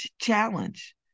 challenge